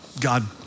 God